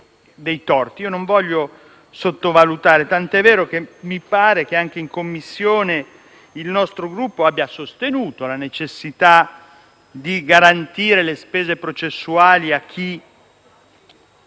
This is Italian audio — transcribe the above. Non voglio sottovalutare, tant'è vero che mi pare che anche in Commissione il nostro Gruppo abbia sostenuto la necessità di garantire le spese processuali a chi